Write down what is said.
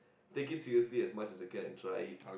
take it seriously as much as I can and try it